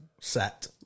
set